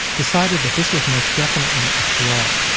decided that this was most definitely a flaw.